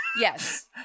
Yes